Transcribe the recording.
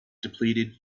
depleted